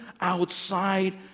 outside